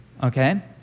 Okay